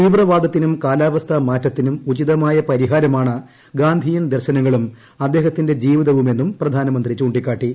തീവ്രവാദത്തിനും കാലാവസ്ഥാ മാറ്റത്തിനും ഉചിതമായ പരിഹാരമാണ് ഗാന്ധിയൻ ദർശനങ്ങളും അദ്ദേഹത്തിന്റെ ജീവിതവുമെന്നും പ്രധാനമന്ത്രി ചൂ ിക്കാട്ടി